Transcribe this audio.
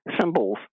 symbols